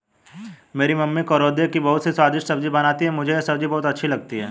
मेरी मम्मी करौंदे की बहुत ही स्वादिष्ट सब्जी बनाती हैं मुझे यह सब्जी बहुत अच्छी लगती है